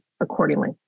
accordingly